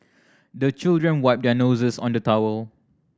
the children wipe their noses on the towel